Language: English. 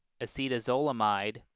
Acetazolamide